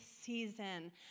season